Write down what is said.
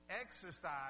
exercise